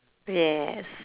yes